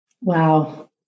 Wow